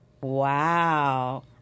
Wow